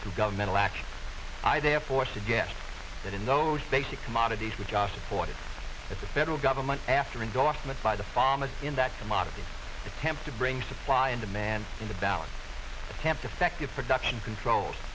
through governmental action i therefore suggest that in those basic commodities which are supported at the federal government after endorsement by the farmers in that commodity attempts to bring supply and demand into balance attempt effective production controls